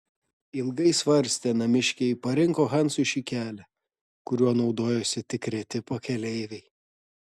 ilgai svarstę namiškiai parinko hansui šį kelią kuriuo naudojosi tik reti pakeleiviai